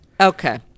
Okay